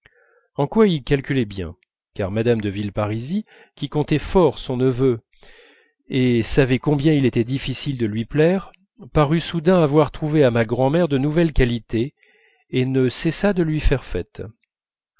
en quoi il calculait bien car mme de villeparisis qui comptait fort son neveu et savait combien il était difficile de lui plaire parut soudain avoir trouvé à ma grand'mère de nouvelles qualités et ne cessa de lui faire fête